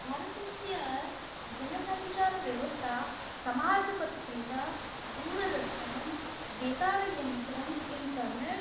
भारतस्य जनसञ्चारव्यवस्था समाजपत्रिका दूरदर्शनं बेतारयन्त्रम् इण्टर्नेट्